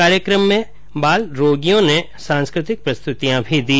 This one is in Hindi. कार्यक्रम में बाल रोगियों ने सांस्कृतिक प्रस्तुतियां भी दी